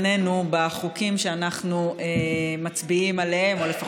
ומנתבים אותם למקום הלא-נכון,